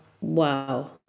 wow